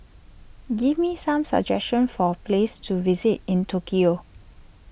give me some suggestion for place to visit in Tokyo